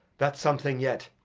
that's something yet!